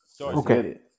Okay